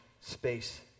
space